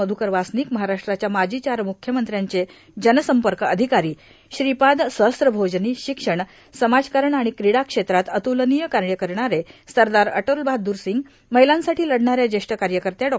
मध्रकर वासनिक महाराष्ट्राराच्या माजी चार मुख्यमंत्र्यांचे जनसंपर्क अधिकारी श्रीपाद सहस्त्रभोजनी शिक्षण समाजकारण आणि क्रीडा क्षेत्रात अत्रलनीय कार्य करणारे सरदार अटलबहादूर सिंग महिलांसाठी लढणाऱ्या ज्येष्ठ कार्यकर्त्या डॉ